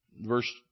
Verse